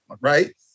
right